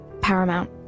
paramount